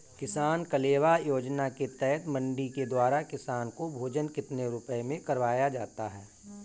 किसान कलेवा योजना के तहत मंडी के द्वारा किसान को भोजन कितने रुपए में करवाया जाता है?